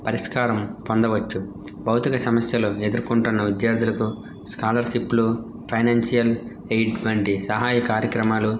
పరిష్కారం పొందవచ్చు భౌతిక సమస్యలు ఎదుర్కొంటున్న విద్యార్థులకు స్కాలర్సిప్లు ఫైనాన్షియల్ ఎయిడ్ వంటి సహాయ కార్యక్రమాలు